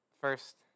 first